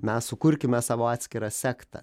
mes sukurkime savo atskirą sektą